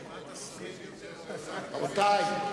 רבותי,